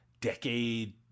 decade